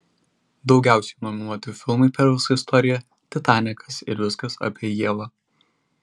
daugiausiai nominuoti filmai per visą istoriją titanikas ir viskas apie ievą